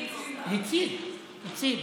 הציל.